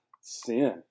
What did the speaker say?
sin